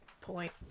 Point